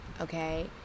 okay